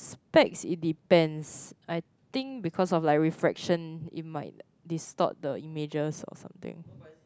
specks it depends I think because of like refraction it might distort the images or something